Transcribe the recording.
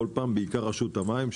בעיקר רשות המים,